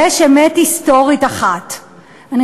יש אמת היסטורית אחת,